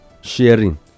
sharing